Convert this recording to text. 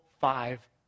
five